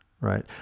right